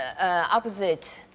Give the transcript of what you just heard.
opposite